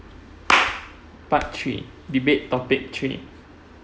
part three debate topic three